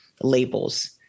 labels